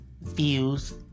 views